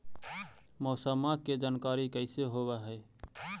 मौसमा के जानकारी कैसे होब है?